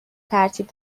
ترتیب